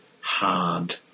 hard